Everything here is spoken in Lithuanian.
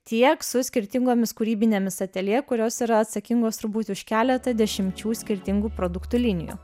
tiek su skirtingomis kūrybinėmis atelje kurios yra atsakingos turbūt už keletą dešimčių skirtingų produktų linijų